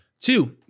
Two